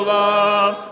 love